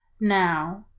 Now